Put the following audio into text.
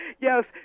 Yes